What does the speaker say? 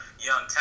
young